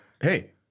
hey